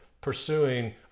pursuing